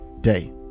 day